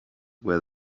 were